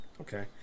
Okay